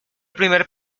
primer